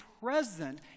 present